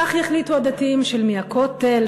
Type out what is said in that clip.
כך יחליטו הדתיים של מי הכותל,